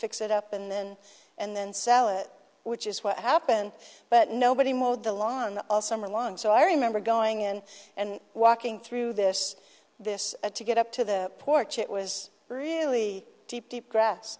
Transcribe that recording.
fix it up and then and then sell it which is what happened but nobody mowed the lawn all summer long so i remember going in and walking through this this a to get up to the porch it was really deep deep grass